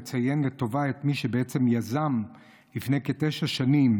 לציין לטובה את מי שבעצם יזם לפני כתשע שנים